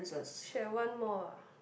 should have one more ah